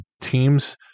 teams